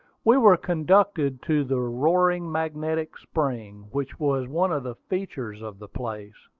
we were conducted to the roaring magnetic spring, which was one of the features of the place.